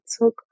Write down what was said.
took